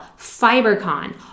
FiberCon